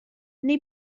nei